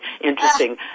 interesting